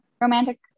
romantic